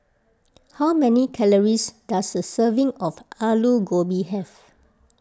how many calories does a serving of Alu Gobi have